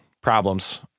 problems